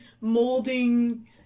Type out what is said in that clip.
molding